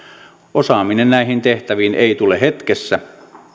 osaaminen näihin tehtäviin ei tule hetkessä